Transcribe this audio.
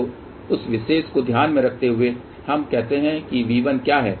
तो उस उद्देश्य को ध्यान में रखते हुए हम कहते हैं कि V1 क्या है